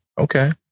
Okay